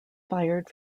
fired